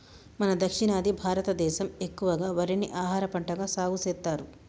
మన దక్షిణాది భారతదేసం ఎక్కువగా వరిని ఆహారపంటగా సాగుసెత్తారు